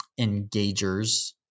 engagers